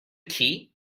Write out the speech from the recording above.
key